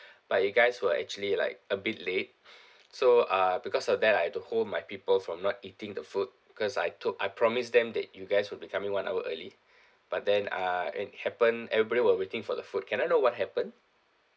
but you guys were actually like a bit late so uh because of that I have to hold my people from not eating the food because I took I promise them that you guys would be coming one hour early but then uh and happen everyone were waiting for the food can I know what happened